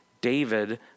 David